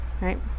right